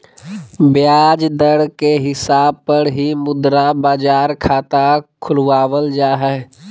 ब्याज दर के हिसाब पर ही मुद्रा बाजार खाता खुलवावल जा हय